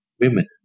women